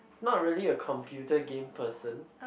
not really a computer game person